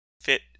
fit